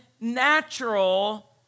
natural